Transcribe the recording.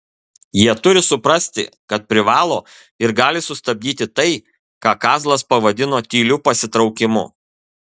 jie turi suprasti kad privalo ir gali sustabdyti tai ką kazlas pavadino tyliu pasitraukimu